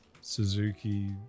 Suzuki